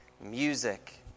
music